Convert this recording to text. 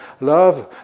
love